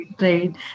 right